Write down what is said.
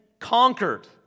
conquered